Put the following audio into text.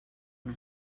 una